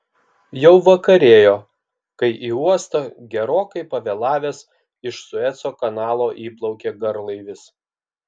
jau vakarėjo kai į uostą gerokai pavėlavęs iš sueco kanalo įplaukė garlaivis